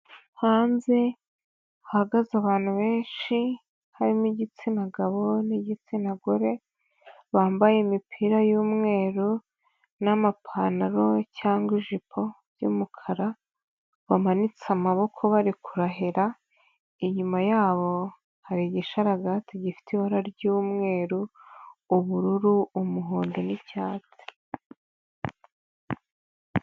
Hanze hahagaze abantu benshi harimo igitsina gabo n'igitsina gore, bambaye imipira y'umweru n'amapantaro cyangwa ijipo y'umukara bamanitse amaboko bari kurahira, inyuma yabo hari igishararagati gifite ibara ry'umweru, ubururu, umuhondo n'icyatsi.